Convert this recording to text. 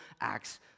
acts